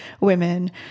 women